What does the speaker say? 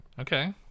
Okay